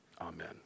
Amen